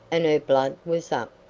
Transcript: and her blood was up.